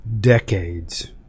decades